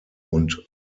und